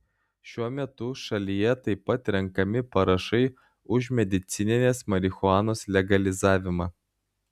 šiuo metu šalyje taip pat renkami parašai už medicininės marihuanos legalizavimą